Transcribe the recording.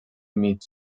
mig